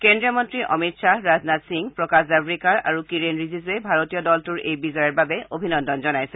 কেন্দ্ৰীয় মন্ত্ৰী অমিত খাহ ৰাজনাথ সিং প্ৰকাশ জাভড়েকাৰ আৰু কিৰেণ ৰিজিজুৱে ভাৰতীয় দলটোৰ এই বিজয়ৰ বাবে অভিনন্দন জনাইছে